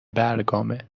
برگامه